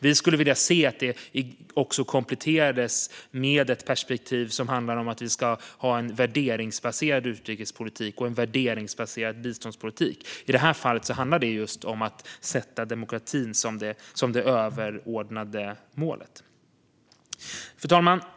Vi skulle vilja se att detta kompletterades med ett perspektiv om en värderingsbaserad utrikespolitik och biståndspolitik. Det handlar om att sätta just demokrati som det överordnade målet. Fru talman!